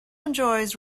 enjoys